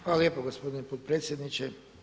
Hvala lijepa gospodine potpredsjedniče.